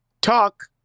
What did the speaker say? talk